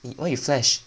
!ee! why you flash